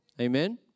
Amen